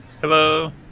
Hello